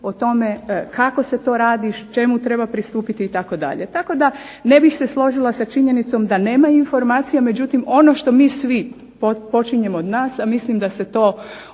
o tome kako se to radi, čemu treba pristupiti itd. Tako da ne bih se složila sa činjenicom da nema informaciju, međutim ono što mi svi počinjemo od nas, a mislim da se to